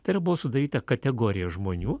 tai yra buvo sudaryta kategorija žmonių